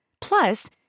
Plus